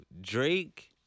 Drake